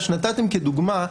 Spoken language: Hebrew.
אותה נתתם כדוגמה,